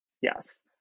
Yes